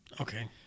Okay